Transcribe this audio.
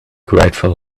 grateful